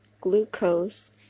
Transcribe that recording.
glucose